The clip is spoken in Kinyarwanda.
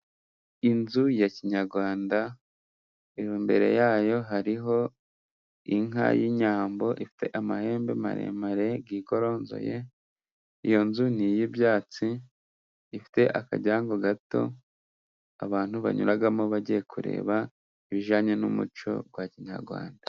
Inzu ya kinyarwanda imbere yayo hariho inka y'inyambo, ifite amahembe maremare yigoronzoye, iyo nzu ni iy'ibyatsi, ifite akaryango gato, abantu banyuramo bagiye kureba ibijyanye n'umuco wa kinyarwanda.